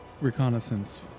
reconnaissance